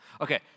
Okay